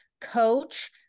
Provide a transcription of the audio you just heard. coach